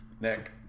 Nick